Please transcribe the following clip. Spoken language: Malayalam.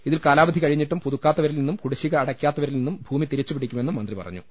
ഇതിൽ കാലാവധി കഴിഞ്ഞിട്ടും പുതു ക്കാത്തവരിൽനിന്നും കുടിശ്ശിക അടയ്ക്കാത്തവരിൽനിന്നും ഭൂമി തിരിച്ചുപിടിക്കുമെന്നും മന്ത്രി പറഞ്ഞു